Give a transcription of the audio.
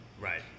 Right